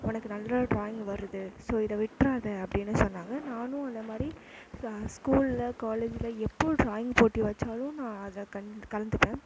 உனக்கு நல்லா ட்ராயிங் வருது ஸோ இதை விட்றாத அப்படின்னு சொன்னாங்க நானும் அதமாதிரி சா ஸ்கூலில் காலேஜில் எப்போ ட்ராயிங் போட்டி வச்சாலும் நான் அதில் கன் கலந்துப்பேன்